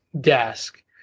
desk